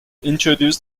introduced